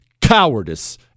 cowardice